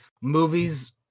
movies